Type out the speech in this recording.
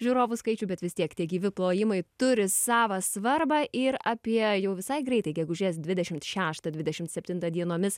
žiūrovų skaičiui bet vis tiek tie gyvi plojimai turi savą svarbą ir apie jau visai greitai gegužės dvidešimt šeštą dvidešimt septintą dienomis